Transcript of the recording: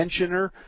tensioner